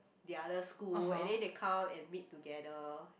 the other school and then they come and meet together